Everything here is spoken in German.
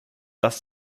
das